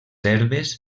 herbes